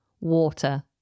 water